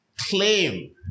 claim